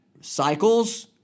cycles